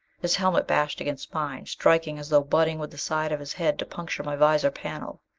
his helmet bashed against mine, striking as though butting with the side of his head to puncture my visor panel.